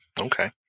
Okay